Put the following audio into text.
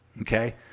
Okay